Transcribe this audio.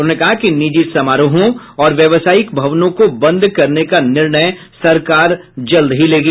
उन्होंने कहा कि निजी समारोहों और व्यवसायिक भवनों को बंद करने का निर्णय सरकार जल्द ही लेगी